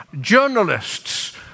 Journalists